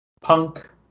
Punk